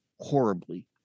horribly